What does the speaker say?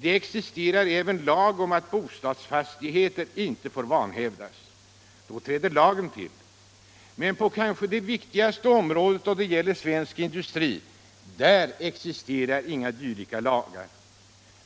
Det existerar även lag om att bostadsfastigheter inte får vanhävdas. Då träder lagen till. Men på det kanske viktigaste området — dvs. för svensk industri — existerar inga dylika lagar.